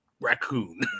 Raccoon